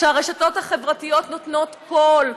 כשהרשתות החברתיות נותנות קול,